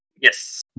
Yes